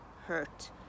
hurt